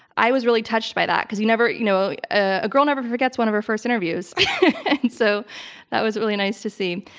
i was really touched by that because you you know a girl never forgets one of her first interviews so that was really nice to see.